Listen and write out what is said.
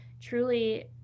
truly